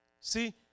See